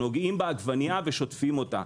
שנוגעים בעגבנייה ושוטפים אותה,